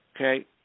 okay